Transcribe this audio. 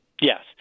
Yes